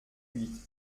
huit